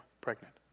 pregnant